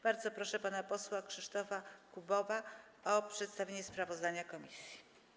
Bardzo proszę pana posła Krzysztofa Kubowa o przedstawienie sprawozdania komisji.